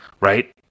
right